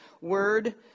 word